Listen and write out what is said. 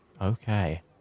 Okay